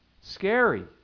Scary